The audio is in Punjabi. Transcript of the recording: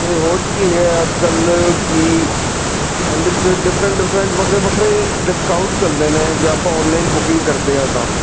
ਅਤੇ ਹੋਰ ਕੀ ਹੈ ਅੱਜ ਕੱਲ੍ਹ ਕਿ ਇਹਦੇ 'ਚ ਡਿਫਰੈਂਟ ਡਿਫਰੈਂਟ ਵੱਖਰੇ ਵੱਖਰੇ ਡਿਸਕਾਊਂਟ ਚਲਦੇ ਨੇ ਜੇ ਆਪਾਂ ਓਨਲਾਈਨ ਬੁਕਿੰਗ ਕਰਦੇ ਹਾਂ ਤਾਂ